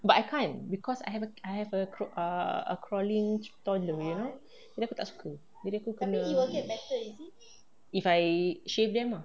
but I can't because I have a I have a crok~ err a crawling toddler you know abeh aku tak suka jadi aku kena if I shave them ah